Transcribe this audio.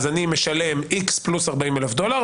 אז אני משלם X פלוס 40 אלף דולר,